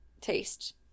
taste